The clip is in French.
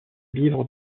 livres